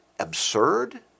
absurd